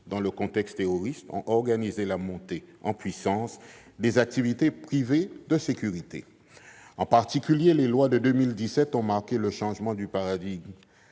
dans le contexte terroriste ont organisé la montée en puissance des activités privées de sécurité. En particulier, les lois de 2017 ont marqué un changement de paradigme,